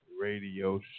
Radio